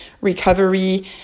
recovery